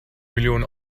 millionen